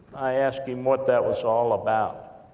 i asked him what that was all about.